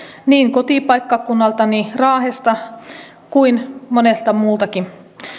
niin kotipaikkakunnaltani raahesta kuin monelta muultakin